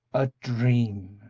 a dream.